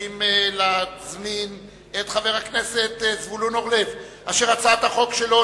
מבקשים להזמין את חבר הכנסת זבולון אורלב להציג את הצעת החוק שלו.